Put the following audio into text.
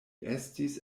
estis